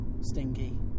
Stinky